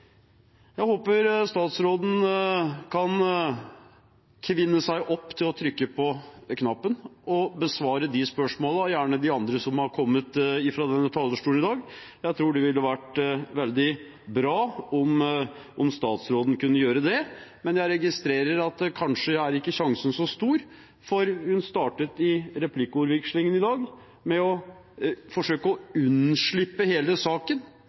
Jeg håper statsråden kan kvinne seg opp til å trykke på knappen og besvare disse spørsmålene og gjerne de andre som har kommet fra denne talerstolen i dag. Jeg tror det ville vært veldig bra om statsråden kunne gjøre det. Men jeg registrerer at sjansen kanskje ikke er så stor, for hun startet replikkordvekslingen i dag med å forsøke å unnslippe hele saken